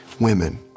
women